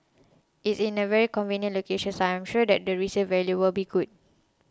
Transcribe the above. it's in a very convenient location so I'm sure the resale value will be good